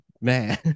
man